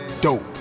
dope